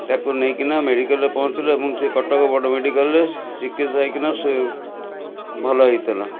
ତାକୁ ନେଇକିନା ମେଡ଼ିକାଲ୍ରେ ପହଞ୍ଚିଥିଲୁ ଏବଂ ସେ କଟକ ବଡ଼ ମେଡ଼ିକାଲ୍ରେ ଚିକିତ୍ସା ହେଇକିନା ସେ ଭଲ ହୋଇଥିଲା